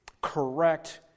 correct